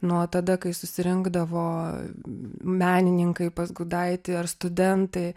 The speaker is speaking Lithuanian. nuo tada kai susirinkdavo menininkai pas gudaitį ar studentai